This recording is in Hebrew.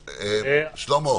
שלמה,